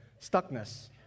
Stuckness